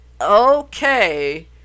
okay